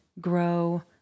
grow